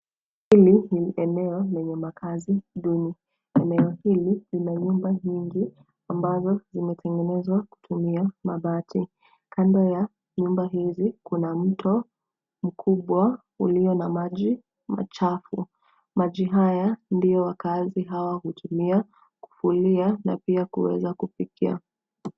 Hili ni eneo lenye makazi duni. Eneo hili lina nyumba nyingi ambazo zimetengenezwa kutumia mabati. Kando ya nyumba hizi kuna mto mkubwa ulio na maji machafu. Maji haya ndio wakaazi hawa hutumia kufulia na kuweza kupikia.